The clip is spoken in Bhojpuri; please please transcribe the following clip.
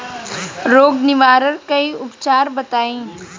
रोग निवारन कोई उपचार बताई?